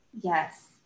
Yes